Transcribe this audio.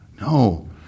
No